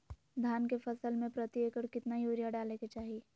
धान के फसल में प्रति एकड़ कितना यूरिया डाले के चाहि?